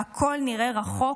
הכול נראה רחוק